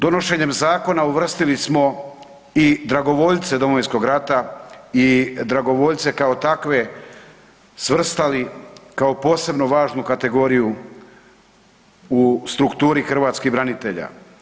Donošenjem zakona uvrstili smo i dragovoljce Domovinskog rata i dragovoljce kao takve svrstali kao posebno važnu kategoriju u strukturi hrvatskih branitelja.